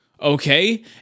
Okay